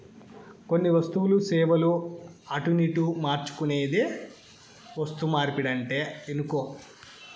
కొన్ని వస్తువులు, సేవలు అటునిటు మార్చుకునేదే వస్తుమార్పిడంటే ఇనుకో